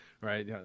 right